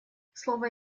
слово